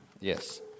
Yes